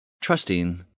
trusting